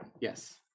Yes